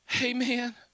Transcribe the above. Amen